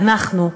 אנחנו,